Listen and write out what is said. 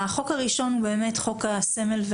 החוק הראשון הוא באמת חוק הדגל.